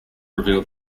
reveal